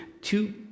two